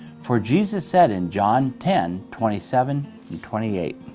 for jesus said in john ten twenty seven yeah twenty eight,